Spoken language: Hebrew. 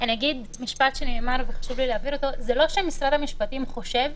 אני אגיד משפט שנאמר וחשוב לי להבהיר אותו: זה לא שמשרד המשפטים חושב